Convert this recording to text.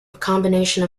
combination